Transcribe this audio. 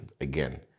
again